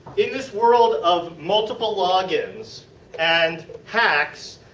in this world of multiple logins and hacks,